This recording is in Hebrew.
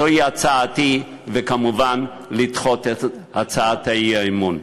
זוהי הצעתי, וכמובן לדחות את הצעת האי-אמון.